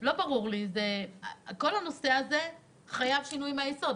כל הנושא הזה חייב שינוי מהיסוד,